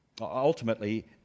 ultimately